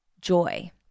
joy